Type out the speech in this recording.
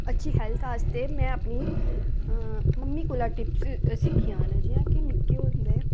अच्छी हैल्थ आस्तै में अपनी मम्मी कोला टिप्स सिक्खियां न जियां कि निक्के होंदे